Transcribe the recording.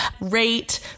Rate